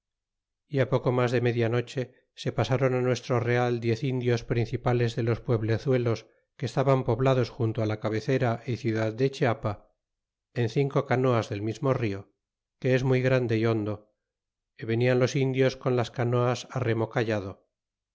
y poco mas do media noche se pasron nuestro real diez indios principales de dos p ueblezuelos que estaban poblados junto la cabecera ciudad de chiapa en cinco canoas del mismo rio que es muy grande y hondo y venian los indios con las canoas á remo callado